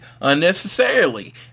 unnecessarily